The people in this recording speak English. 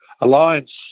Alliance